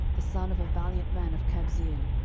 the son of a valiant man of kabzeel,